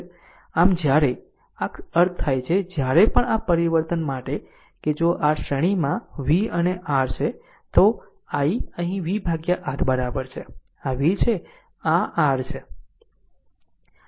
આમ આમ જ જ્યારે આ અર્થ થાય છે કે જ્યારે પણ આ પરિવર્તન માટે છે કે જો r શ્રેણીમાં v અને R છે તો i અહીં v R બરાબર છે આ v છે આ R છે